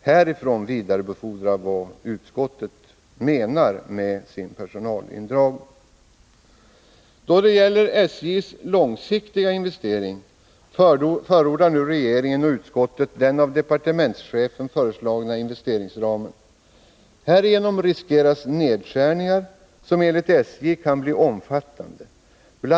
härifrån kunde vidarebefordra vad utskottet menar med sin personalindragning. Då det gäller SJ:s långsiktiga investeringar förordar nu regeringen och utskottet den av departementschefen föreslagna investeringsramen. Härigenom riskerar man nedskärningar, som enligt SJ kan bli omfattande. Bl.